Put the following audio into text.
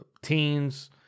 Teens